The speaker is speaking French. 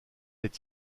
est